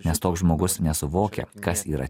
nes toks žmogus nesuvokia kas yra